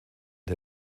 der